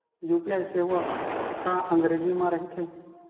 UPI सेवा का अंग्रेजी मा रहीथे?